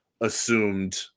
assumed